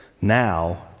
Now